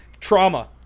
trauma